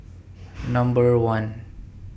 Number one